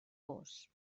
vós